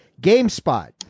GameSpot